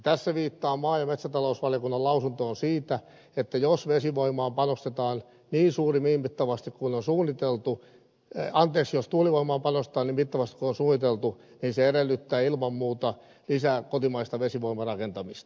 tässä viittaan maa ja metsätalousvaliokunnan lausuntoon siitä että jos tuulivoimaan panostetaan niin mittavasti kuin on suunniteltu ambrosius tuleva maapallosta nimi taas osoiteltu niin se edellyttää ilman muuta lisää kotimaista vesivoimarakentamista